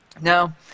now